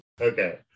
okay